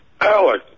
Alex